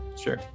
Sure